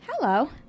Hello